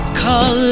call